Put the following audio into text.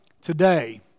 today